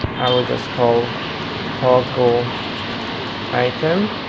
i will just call toggle item